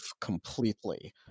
completely